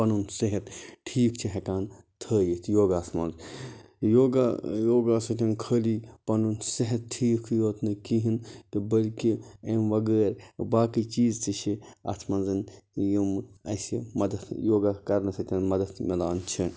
پَنُن صحت ٹھیٖک چھِ ہٮ۪کان تھٲیِتھ یوگاہَس منٛز یوگا یوگا سۭتۍ خٲلی پَنُن صحت ٹھیٖکھٕے یوت نہٕ کِہیٖنۍ کہِ بٔلکہِ اَمہِ وغٲر باقٕے چیٖز تہِ چھِ اَتھ منٛز یِم اَسہِ مَدتھ یوگا کَرنہٕ سۭتۍ مَدتھ مِلان چھِ